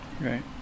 Right